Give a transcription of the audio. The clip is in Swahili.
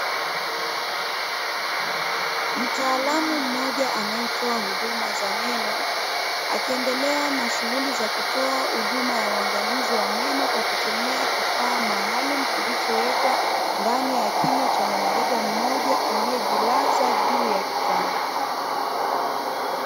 Mtaalamu mmoja anayetoa huduma ya meno, akiendelea na Shughuli za kutoa huduma ya ungalizi wa meno kwa kutumia kifaa maalumu, kilichowekwa ndani ya kinywa cha mwanadada mmoja aliyejilaza juu ya kitanda.